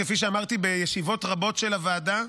כפי שאמרתי בישיבות רבות של הוועדה,